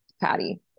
patty